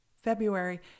February